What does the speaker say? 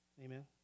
Amen